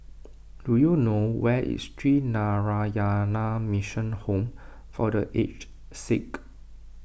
do you know where is Sree Narayana Mission Home for the Aged Sick